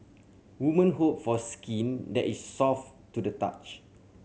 women hope for skin that is soft to the touch